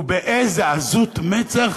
ובאיזו עזות מצח